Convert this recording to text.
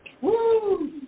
Woo